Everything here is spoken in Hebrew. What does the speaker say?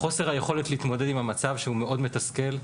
חוסר היכולת להתמודד עם המצב שהוא מאוד מתסכל.